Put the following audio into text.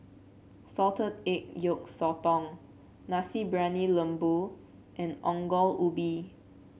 Salted Egg Yolk Sotong Nasi Briyani Lembu and Ongol Ubi